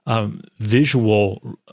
visual